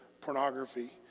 pornography